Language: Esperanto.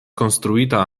konstruita